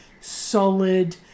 solid